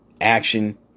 Action